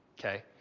Okay